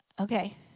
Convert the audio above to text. Okay